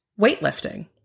weightlifting